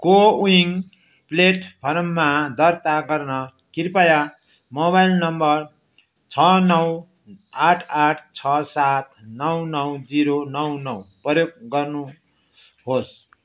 कोविन प्लेटफर्ममा दर्ता गर्न कृपया मोबाइल नम्बर छ नौ आठ आठ छ सात नौ नौ जिरो नौ नौ प्रयोग गर्नुहोस्